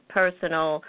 personal